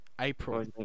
April